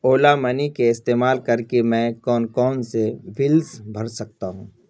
اولا money کے استعمال کر کے میں کون کون سے بلز بھر سکتا ہوں